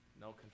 No